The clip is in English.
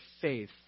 faith